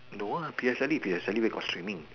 no lah P_S_L_E P_S_L_E where got streaming